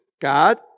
God